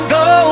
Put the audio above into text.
go